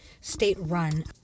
state-run